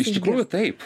iš tikrųjų taip